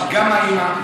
גם האימא,